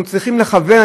אנחנו צריכים לכוון,